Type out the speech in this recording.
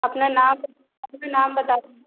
अपना नाम अपना नाम बता दें